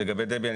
לגבי דבי,